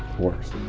worst